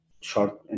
short